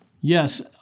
Yes